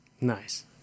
nice